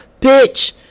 Bitch